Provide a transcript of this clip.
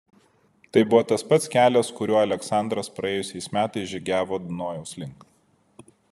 tai buvo tas pats kelias kuriuo aleksandras praėjusiais metais žygiavo dunojaus link